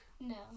No